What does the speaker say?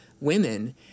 women